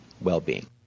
well-being